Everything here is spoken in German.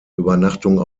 übernachtung